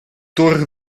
torre